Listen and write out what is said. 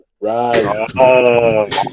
right